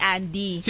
Andy